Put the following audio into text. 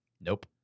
Nope